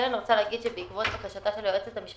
אני כן רוצה לומר שבעקבות בקשתה של היועצת המשפטית,